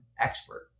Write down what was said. expert